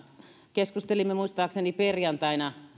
keskustelimme muistaakseni perjantaina